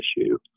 issue